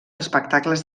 espectacles